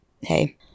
hey